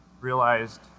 realized